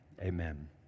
amen